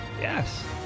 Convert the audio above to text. Yes